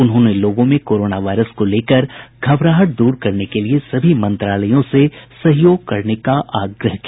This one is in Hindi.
उन्होंने लोगों में कोरोना वायरस को लेकर घबराहट दूर करने के लिए सभी मंत्रालयों से सहयोग करने का आग्रह किया